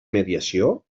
mediació